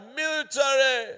military